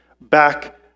back